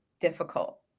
difficult